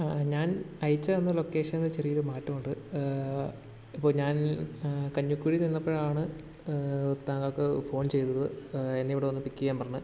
ഞാൻ അയച്ച് തന്ന ലൊക്കേഷനിൽ ചെറിയ മാറ്റമുണ്ട് ഇപ്പോൾ ഞാൻ കഞ്ഞിക്കുഴി നിന്നപ്പോഴാണ് താങ്കൾക്ക് ഫോൺ ചെയ്തത് എന്നെ ഇവിടെ വന്ന് പിക്ക് ചെയ്യാൻ പറഞ്ഞത്